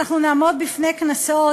אנחנו נעמוד בפני קנסות,